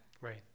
right